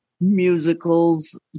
musicals